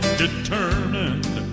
determined